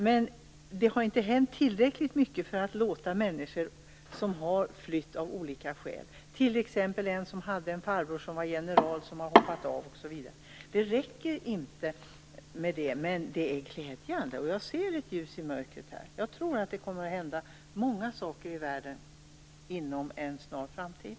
Men det har inte hänt tillräckligt mycket för att låta människor stanna som har flytt av olika skäl, t.ex. en som hade en farbror som var general som har hoppat av osv. Det räcker inte med det, men det är glädjande. Jag ser ett ljus i mörkret. Jag tror att det kommer att hända många saker i världen inom en snar framtid.